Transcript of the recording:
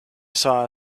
saw